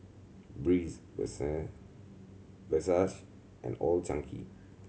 Breeze Versace and Old Chang Kee